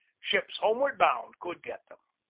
ships homeward bound could get them.